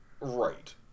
Right